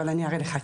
אבל אני אראה לך,